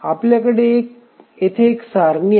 आपल्याकडे येथे एक साधी सारणी आहे